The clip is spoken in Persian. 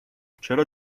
چرا